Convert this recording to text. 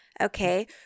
Okay